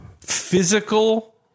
physical